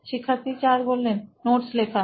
শিক্ষার্থী 4 নোটস লেখা